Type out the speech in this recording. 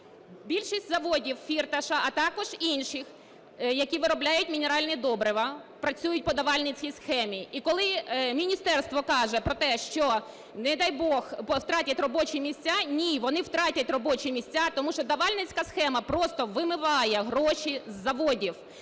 Більшість заводів Фірташа, а також інших, які виробляють мінеральні добрива, працюють по давальницькій схемі. І коли Міністерство каже про те, що, не дай Бог, втратять робочі місця. Ні, вони втратять робочі місця, тому що давальницька схема просто вимиває гроші з заводів,